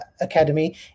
academy